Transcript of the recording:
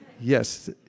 Yes